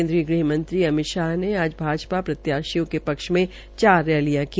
केन्द्रीय गृहमंत्री अमितशाह ने आज भाजपा प्रत्याशियों के पक्ष में चार रैलियां की